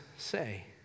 Say